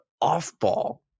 off-ball